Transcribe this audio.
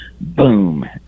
boom